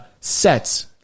sets